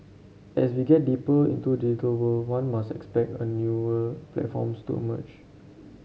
as we get deeper into digital world one must expect a newer platforms to emerge